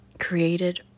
created